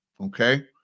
Okay